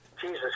Jesus